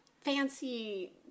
fancy